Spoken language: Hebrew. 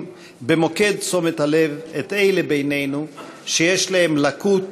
במוקד תשומת הלב את אלה בינינו שיש להם לקות,